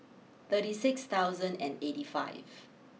thirty six thousand and eighty five